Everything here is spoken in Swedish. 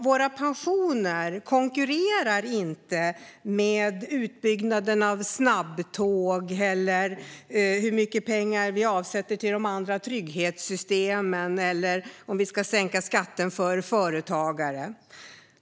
Våra pensioner konkurrerar inte med utbyggnaden av snabbtåg, med hur mycket pengar vi avsätter till de andra trygghetssystemen eller med om vi ska sänka skatten för företagare.